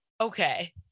okay